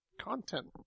content